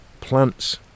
Plants